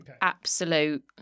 absolute